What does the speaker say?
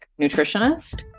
nutritionist